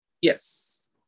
Yes